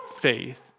faith